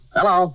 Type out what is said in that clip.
Hello